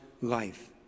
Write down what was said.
life